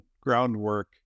groundwork